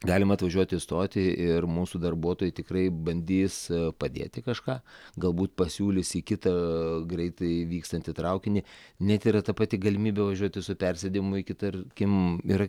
galima atvažiuoti į stotį ir mūsų darbuotojai tikrai bandys padėti kažką galbūt pasiūlys į kitą greitai vykstantį traukinį net yra ta pati galimybė važiuoti su persėdimu iki tar kim yra